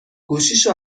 گوشیشو